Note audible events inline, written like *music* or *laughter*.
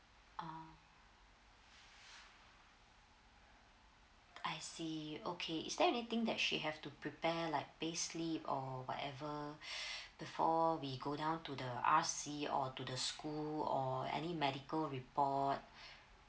oh *breath* I see okay is there anything that she have to prepare like payslip or whatever *breath* before we go down to the R_C or to the school or any medical report *breath*